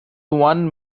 one